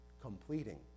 completing